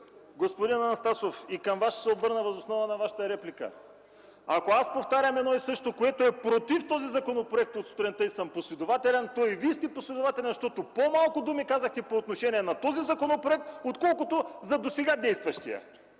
Господин Анастасов, и към Вас ще се обърна въз основа на Вашата реплика: ако аз повтарям едно и също, което е против този законопроект от сутринта и съм последователен, то и Вие сте последователен, защото по-малко думи казахте по отношение на този законопроект, отколкото за досега действащият.